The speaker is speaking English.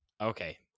okay